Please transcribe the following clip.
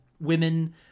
women